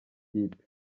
y’ikipe